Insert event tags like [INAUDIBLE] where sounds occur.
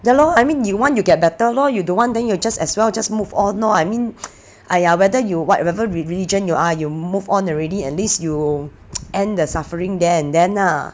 ya lor I mean you want you get better lor you don't want then you just as well just move on orh I mean [NOISE] !aiya! whether you whatever religion you are you move on already at least you [NOISE] end the suffering there and then ah